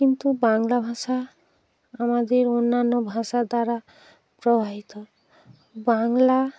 কিন্তু বাংলা ভাষা আমাদের অন্যান্য ভাষার দ্বারা প্রভাবিত বাংলা